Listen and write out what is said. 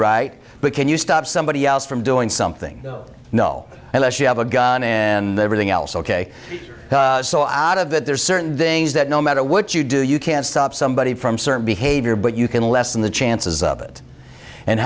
right but can you stop somebody else from doing something no unless you have a gun and everything else ok so out of it there are certain things that no matter what you do you can't stop somebody from certain behavior but you can lessen the chances of it and